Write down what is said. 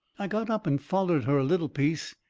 i got up and follered her a little piece.